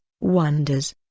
wonders